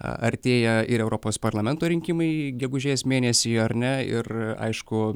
artėja ir europos parlamento rinkimai gegužės mėnesį ar ne ir aišku